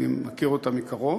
אני מכיר אותם מקרוב,